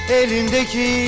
elindeki